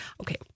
Okay